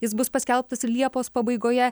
jis bus paskelbtas liepos pabaigoje